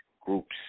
groups